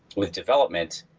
with development,